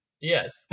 Yes